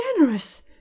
generous